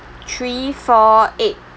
three four eight